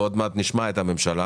ועוד מעט נשמע את הממשלה,